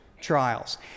trials